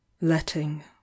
letting